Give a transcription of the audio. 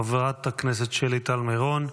חברת הכנסת שלי טל מירון,